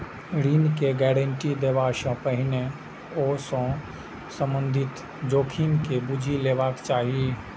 ऋण के गारंटी देबा सं पहिने ओइ सं संबंधित जोखिम के बूझि लेबाक चाही